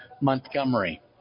Montgomery